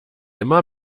immer